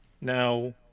Now